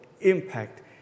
impact